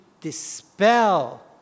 dispel